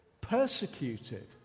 Persecuted